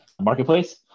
marketplace